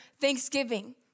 thanksgiving